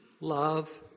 love